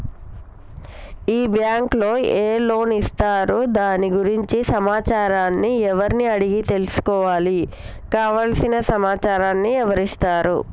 ఈ బ్యాంకులో ఏ లోన్స్ ఇస్తారు దాని గురించి సమాచారాన్ని ఎవరిని అడిగి తెలుసుకోవాలి? కావలసిన సమాచారాన్ని ఎవరిస్తారు?